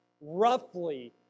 roughly